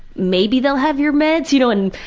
maybe they'll have your meds? you know, and